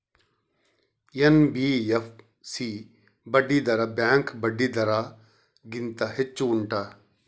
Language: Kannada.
ಎನ್.ಬಿ.ಎಫ್.ಸಿ ಬಡ್ಡಿ ದರ ಬ್ಯಾಂಕ್ ಬಡ್ಡಿ ದರ ಗಿಂತ ಹೆಚ್ಚು ಉಂಟಾ